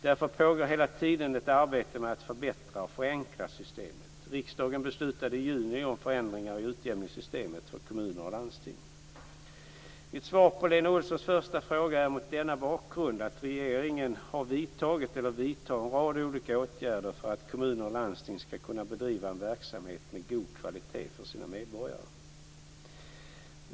Därför pågår hela tiden ett arbete med att förbättra och förenkla systemet. Riksdagen beslutade i juni om förändringar i utjämningssystemet för kommuner och landsting. Mitt svar på Lena Olssons första fråga är mot denna bakgrund att regeringen har vidtagit eller vidtar en rad olika åtgärder för att kommuner och landsting ska kunna bedriva en verksamhet med god kvalitet för sina medborgare.